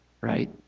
right